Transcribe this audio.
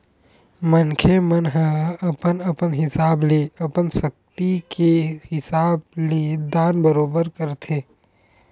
मनखे मन ह अपन अपन हिसाब ले अपन सक्ति के हिसाब ले दान बरोबर करथे